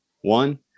one